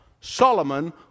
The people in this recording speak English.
Solomon